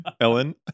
Ellen